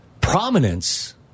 prominence